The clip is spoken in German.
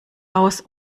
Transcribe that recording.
aus